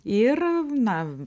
ir na